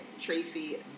Tracy